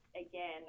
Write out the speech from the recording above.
again